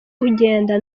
kugenda